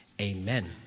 amen